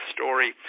story